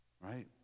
right